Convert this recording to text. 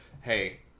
Hey